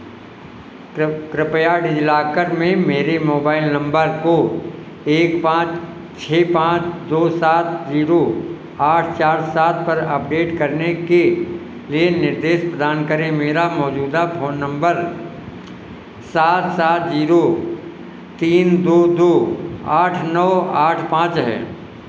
क्र कृपया डीजीलाकर में मेरे मोबाइल नंबर को एक पाँच छः पाँच दो सात जीरो आठ चार सात पर अपडेट करने के वह निर्देश प्रदान करें मेरा मौजूदा फौन नंबर सात सात जीरो तीन दो दो आठ नौ आठ पाँच है